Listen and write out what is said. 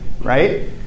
right